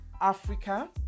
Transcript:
Africa